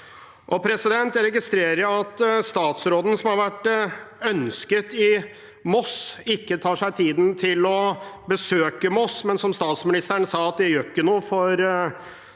Jeg registrerer at statsråden, som har vært ønsket i Moss, ikke tar seg tid til å besøke Moss. Men som statsministeren sa, gjør det ikke noe, for